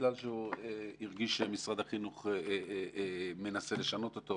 בגלל שהוא הרגיש שמשרד החינוך מנסה לשנות אותו,